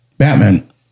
Batman